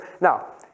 Now